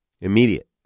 Immediate